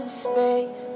space